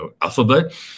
alphabet